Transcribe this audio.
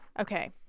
Okay